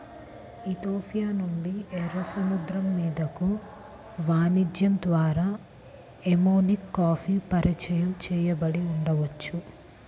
Ethiopia నుండి, ఎర్ర సముద్రం మీదుగా వాణిజ్యం ద్వారా ఎమెన్కి కాఫీ పరిచయం చేయబడి ఉండవచ్చు